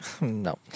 No